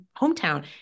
hometown